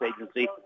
Agency